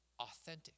authentic